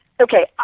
Okay